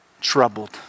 troubled